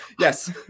Yes